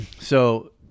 So-